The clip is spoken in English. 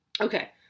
Okay